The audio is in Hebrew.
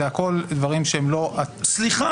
זה הכול דברים שהם לא מהותיים,